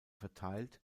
verteilt